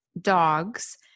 dogs